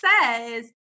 says